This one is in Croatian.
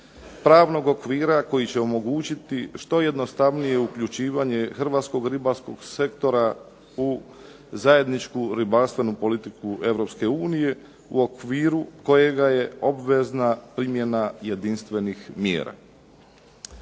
pravnog okvira koji će omogućiti što jednostavnije uključivanje hrvatskog ribarskog sektora u zajedničku ribarstvenu politiku EU u okviru kojega je obvezna primjena jedinstvenih mjera.